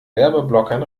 werbeblockern